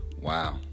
wow